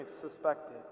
suspected